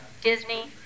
Disney